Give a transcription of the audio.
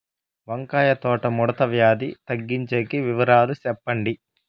వంకాయ తోట ముడత వ్యాధి తగ్గించేకి వివరాలు చెప్పండి?